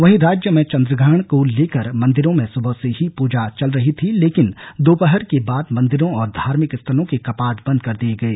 वहीं राज्य में चंद्रग्रहण को लेकर मंदिरों में सुबह से ही पूजा चल रही थी लेकिंन दोपहर के बाद मंदिरों और धार्मिक स्थलों के कपाट बंद कर दिये गये